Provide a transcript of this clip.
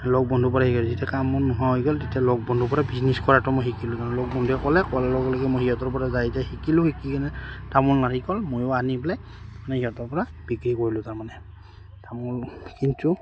লগ বন্ধুৰপৰা কাম বন নোহোৱা হৈ গ'ল তেতিয়া লগ বন্ধুৰপৰা বিজনেছ কৰাটো মই শিকিলোঁ লগ বন্ধুসকলে ক'লে লগে লগে মই সিহঁতৰপৰা যায় যায় শিকিলোঁ শিকি কেনে তামোল নাৰিকল ময়ো আনি পেলাই মানে সিহঁতৰপৰা বিক্ৰী কৰিলোঁ তাৰমানে তামোল কিন্তু